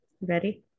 Ready